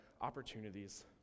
opportunities